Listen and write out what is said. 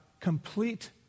complete